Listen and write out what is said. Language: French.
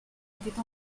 étaient